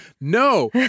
No